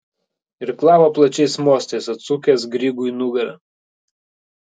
irklavo plačiais mostais atsukęs grygui nugarą